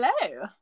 hello